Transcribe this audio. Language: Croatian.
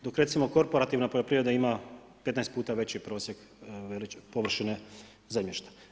Dok recimo korporativna poljoprivreda ima 15 puta veći prosjek površine zemljišta.